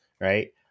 Right